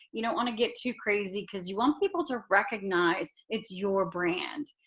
you don't want to get too crazy because you want people to recognize it's your brand.